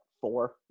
four